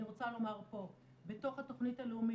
אני רוצה לומר פה שבתוך התכנית הלאומית,